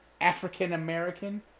African-American